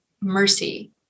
mercy